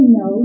no